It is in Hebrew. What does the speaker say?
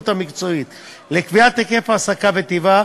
המקצועית לקביעת היקף ההעסקה וטיבה,